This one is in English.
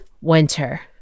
winter